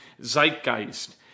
zeitgeist